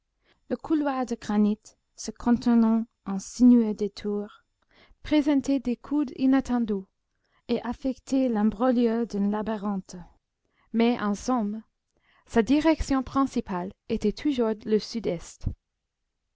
le couloir de granit se contournant en sinueux détours présentait des coudes inattendus et affectait l'imbroglio d'un labyrinthe mais en somme sa direction principale était toujours le sud-est